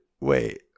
wait